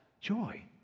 Joy